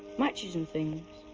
matches, and things.